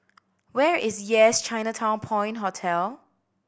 where is Yes Chinatown Point Hotel